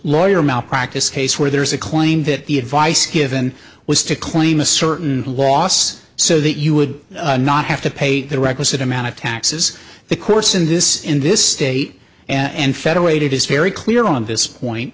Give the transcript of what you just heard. lawyer malpractise case where there is a claim that the advice given was to claim a certain loss so that you would not have to pay the requisite amount of taxes the course in this in this state and federal aid it is very clear on this point